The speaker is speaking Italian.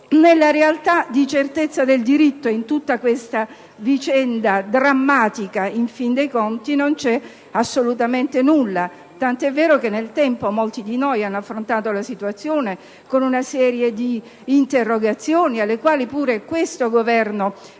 Nella realtà, di certezza del diritto in tutta questa vicenda drammatica, in fin dei conti non c'è assolutamente nulla, tant'è vero che nel tempo molti di noi hanno affrontato la situazione con una serie di interrogazioni alle quali pure bisogna